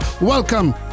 Welcome